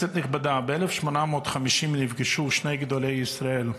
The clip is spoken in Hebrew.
כנסת נכבדה, ב-1850 נפגשו שני גדולי ישראל,